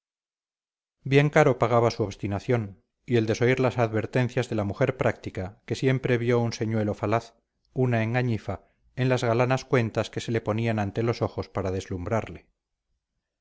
bien caro pagaba su obstinación y el desoír las advertencias de la mujer práctica que siempre vio un señuelo falaz una engañifa en las galanas cuentas que se le ponían ante los ojos para deslumbrarle